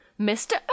Mr